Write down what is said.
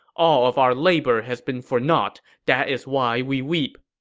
all of our labor has been for naught. that is why we weep.